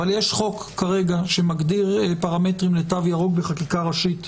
יש חוק שמגדיר פרמטרים לתו ירוק בחקיקה ראשית,